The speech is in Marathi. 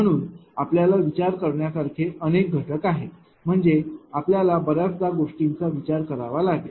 म्हणून आपल्याला विचार करण्यासारखे अनेक घटक आहेत म्हणजे आपल्याला बर्याच गोष्टींचा विचार करावा लागेल